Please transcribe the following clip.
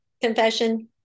confession